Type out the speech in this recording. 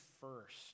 first